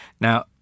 Now